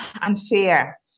unfair